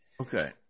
Okay